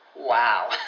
Wow